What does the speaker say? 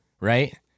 right